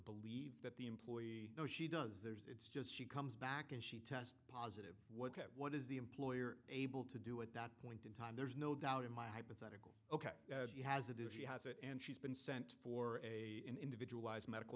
to that the employee no she does there's it's just she comes back and she test positive what what is the employer able to do at that point in time there's no doubt in my hypothetical ok as you has that if she has it and she's been sent for a individual as medical